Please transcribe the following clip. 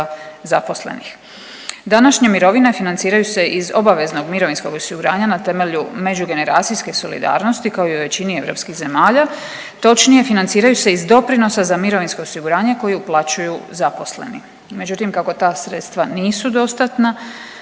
zaposlenih. Današnje mirovine financiraju se iz obaveznog mirovinskog osiguranja na temelju međugeneracijske solidarnosti, kao i u većini europskih zemalja, točnije financiraju se iz doprinosa za mirovinsko osiguranje koje uplaćuju zaposleni, međutim kako ta sredstva nisu dostatna